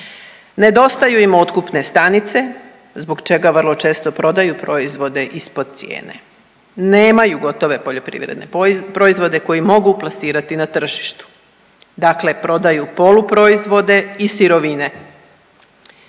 Nedostaju im otkupne stanice zbog čega vrlo često prodaju proizvode ispod cijene. Nemaju gotove poljoprivredne proizvode koji mogu plasirati na tržištu. Dakle, prodaju poluproizvode i sirovine.